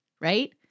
right